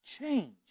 change